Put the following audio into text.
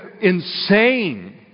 insane